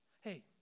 Hey